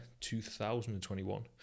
2021